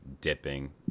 dipping